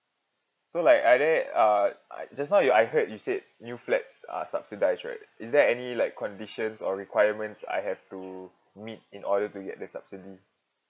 so like are there uh I just now you I heard you said new flats are subsidised right is there any like conditions or requirements I have to meet in order to get the subsidy